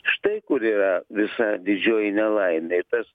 štai kur yra visa didžioji nelaimė tas